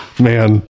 Man